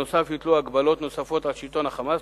נוסף על כך יוטלו הגבלות נוספות על שלטון ה"חמאס"